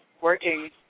working